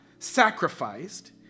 Sacrificed